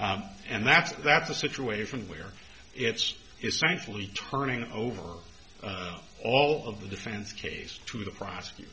and that's that's a situation where it's essentially turning over all of the defense case to the prosecutor